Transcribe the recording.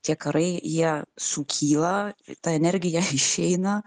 tie karai jie sukyla ta energija išeina